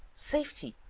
safety,